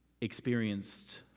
experienced